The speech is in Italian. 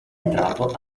entrato